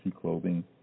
Clothing